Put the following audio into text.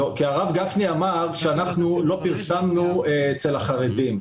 כי הרב גפני אמר שלא פרסמנו אצל החרדים.